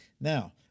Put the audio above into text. Now